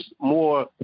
more